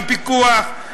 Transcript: הפיקוח,